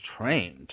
trained